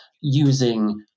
using